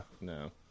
No